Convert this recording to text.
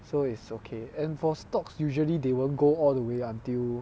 so it's okay and for stocks usually they won't go all the way until